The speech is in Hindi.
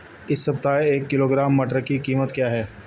इस सप्ताह एक किलोग्राम मटर की कीमत क्या है?